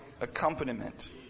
accompaniment